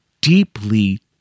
deeply